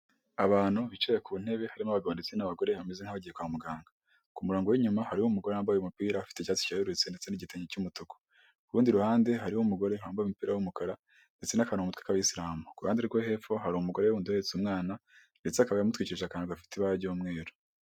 Abantu bicaye ku ntebe harimo abagabo ndetse n'abagore bameze nk'abagiye kwa muganga, ku murongo w'inyuma hari umugore wambaye umupira afite icyatsi cye rurutse ndetse n'igitenge cy'umutuku, ku rundi ruhande hariho umugore wambaye umupira w'umukara ndetse n'akantu mu mutwe k'abayisiramu. Ku ruhande rwo hepfo hari umugore w'undi uhetse umwana ndetse akaba ya mutwikirije akantuga gafite ibara ry'umweru.